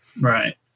Right